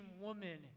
woman